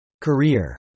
Career